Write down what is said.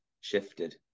shifted